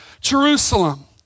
Jerusalem